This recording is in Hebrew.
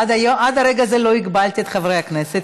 עד רגע זה לא הגבלתי את חברי הכנסת,